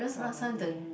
probably